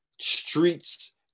streets